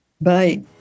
bye